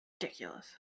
ridiculous